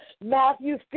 Matthew